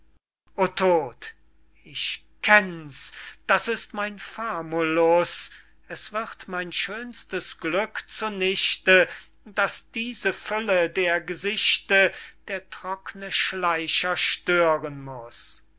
ich kenn's das ist mein famulus es wird mein schönstes glück zu nichte daß diese fülle der gesichte der trockne schleicher stören muß